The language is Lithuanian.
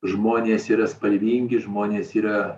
žmonės yra spalvingi žmonės yra